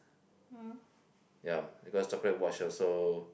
ya because chocolate watch also